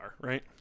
right